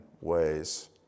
ways